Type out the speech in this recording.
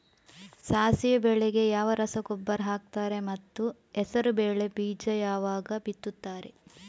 ಸಾಸಿವೆ ಬೆಳೆಗೆ ಯಾವ ರಸಗೊಬ್ಬರ ಹಾಕ್ತಾರೆ ಮತ್ತು ಹೆಸರುಬೇಳೆ ಬೀಜ ಯಾವಾಗ ಬಿತ್ತುತ್ತಾರೆ?